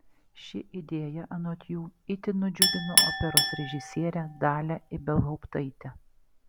ši idėja anot jų itin nudžiugino operos režisierę dalią ibelhauptaitę